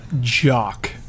jock